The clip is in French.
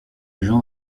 jean